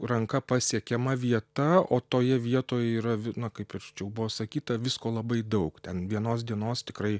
ranka pasiekiama vieta o toje vietoje yra na kaip ir čia jau buvo sakyta visko labai daug ten vienos dienos tikrai